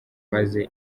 maze